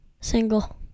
Single